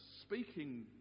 speaking